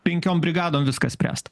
penkiom brigadom viską spręst